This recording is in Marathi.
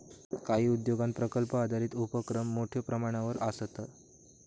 काही उद्योगांत प्रकल्प आधारित उपोक्रम मोठ्यो प्रमाणावर आसता